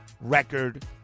Record